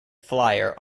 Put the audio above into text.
flyer